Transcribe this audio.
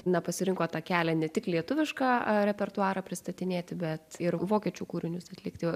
na pasirinko tą kelią ne tik lietuvišką repertuarą pristatinėti bet ir vokiečių kūrinius atlikti